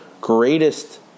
greatest